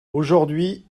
aujourd’hui